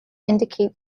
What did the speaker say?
indicate